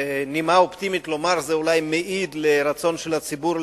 2. מתי תיפתר בעיית קליטת השידורים?